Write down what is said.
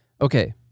Okay